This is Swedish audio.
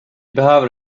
behöver